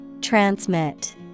Transmit